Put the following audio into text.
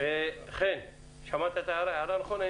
הערה נכונה.